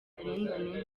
karengane